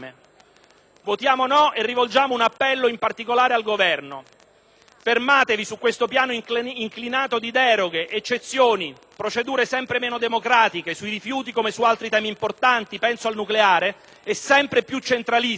Votiamo no e rivolgiamo un appello, in particolare al Governo: fermatevi su questo piano inclinato di deroghe, di eccezioni, di procedure sempre meno democratiche - sui rifiuti, come su altri temi importanti: penso al nucleare - e sempre più centraliste